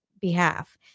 behalf